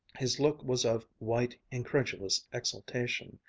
his look was of white, incredulous exaltation.